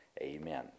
amen